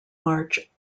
march